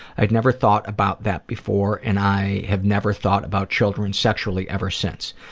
i'd never thought about that before and i have never thought about children sexually ever since.